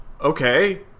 okay